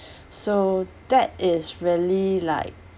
so that is really like